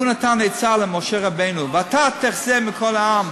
הוא נתן עצה למשה רבנו, "ואתה תחזה מכל העם".